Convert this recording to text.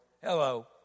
Hello